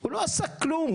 הוא לא עשה כלום.